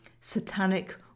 satanic